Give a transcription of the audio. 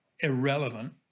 irrelevant